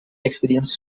experience